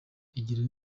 igire